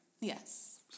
Yes